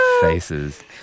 faces